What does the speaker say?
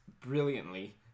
brilliantly